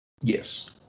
Yes